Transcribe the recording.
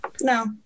No